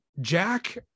Jack